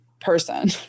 person